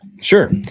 sure